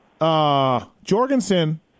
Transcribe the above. Jorgensen